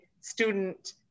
student